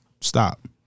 stop